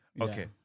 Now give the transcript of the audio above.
okay